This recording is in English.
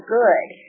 good